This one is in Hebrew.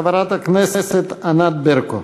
חברת הכנסת ענת ברקו.